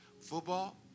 football